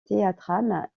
théâtrale